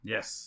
Yes